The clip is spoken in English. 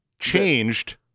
Changed